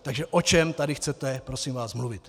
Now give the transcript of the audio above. Takže o čem tady chcete prosím vás mluvit?